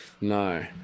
No